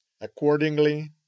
Accordingly